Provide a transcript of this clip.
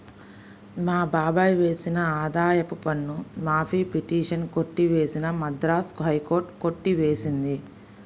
మా బాబాయ్ వేసిన ఆదాయపు పన్ను మాఫీ పిటిషన్ కొట్టివేసిన మద్రాస్ హైకోర్టు కొట్టి వేసింది